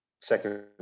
second